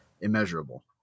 immeasurable